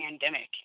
pandemic